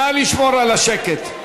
נא לשמור על השקט.